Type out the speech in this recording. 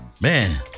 Man